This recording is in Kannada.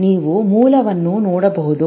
ನೀವು ಮೂಲವನ್ನು ನೋಡಬಹುದು